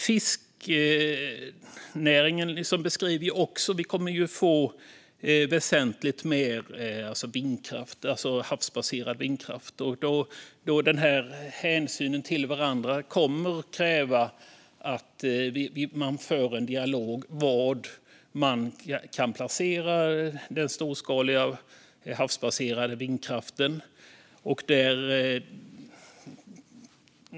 Fiskerinäringen beskriver också följderna av att Sverige kommer att få väsentligt mer havsbaserad vindkraft. Den ömsesidiga hänsynen kommer att kräva att man för dialog om var den storskaliga havsbaserade vindkraften kan placeras.